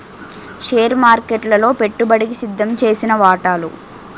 share మార్కెట్లలో పెట్టుబడికి సిద్దంచేసిన వాటాలు